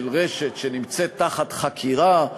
של רשת שנמצאת תחת חקירה,